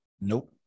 Nope